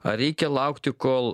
ar reikia laukti kol